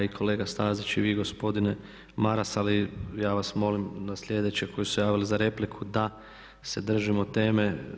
I kolega Stazić i vi gospodine Maras, ali ja vas molim da sljedeći koji su se javili za repliku da se držimo teme.